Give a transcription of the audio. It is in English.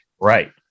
Right